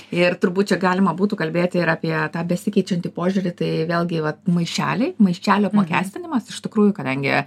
ir turbūt čia galima būtų kalbėti ir apie tą besikeičiantį požiūrį tai vėlgi vat maišeliai maišelių apmokestinimas iš tikrųjų kadangi